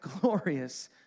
glorious